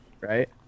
right